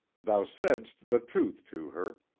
thou saidst the truth to her,